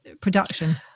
production